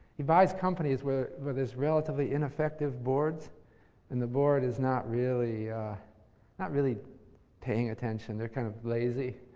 he buys companies, where where there's relatively ineffective boards and the board is not really not really paying attention. they're kind of lazy.